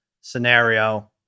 scenario